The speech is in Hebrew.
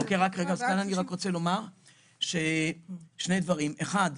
כאן אני רוצה לומר שני דברים: האחד,